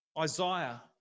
Isaiah